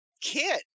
kid